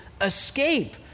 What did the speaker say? escape